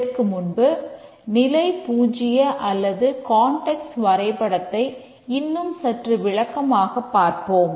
இதற்கு முன்பு நிலை 0 அல்லது கான்டெக்ஸ்ட் வரைபடத்தை இன்னும் சற்று விளக்கமாகப் பார்ப்போம்